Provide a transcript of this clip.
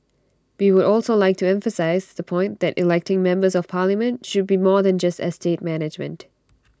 we would also like to emphasise the point that electing members of parliament should be more than just estate management